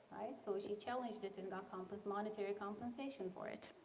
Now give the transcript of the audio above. so she challenged it and got um but monetary compensation for it.